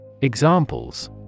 Examples